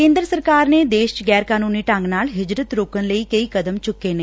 ਕੇਂਦਰ ਸਰਕਾਰ ਨੇ ਦੇਸ਼ ਚ ਗੈਰ ਕਾਨੁੰਨੀ ਢੰਗ ਨਾਲ ਹਿਜਰਤ ਰੋਕਣ ਲਈ ਕਈ ਕਦਮ ਚੁੱਕੇ ਨੇ